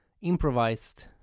improvised